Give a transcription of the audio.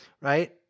right